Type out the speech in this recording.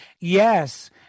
Yes